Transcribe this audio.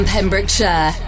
Pembrokeshire